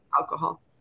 alcohol